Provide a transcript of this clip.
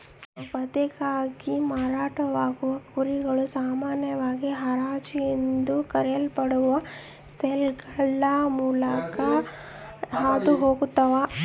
ವಧೆಗಾಗಿ ಮಾರಾಟವಾಗುವ ಕುರಿಗಳು ಸಾಮಾನ್ಯವಾಗಿ ಹರಾಜು ಎಂದು ಕರೆಯಲ್ಪಡುವ ಸೇಲ್ಯಾರ್ಡ್ಗಳ ಮೂಲಕ ಹಾದು ಹೋಗ್ತವ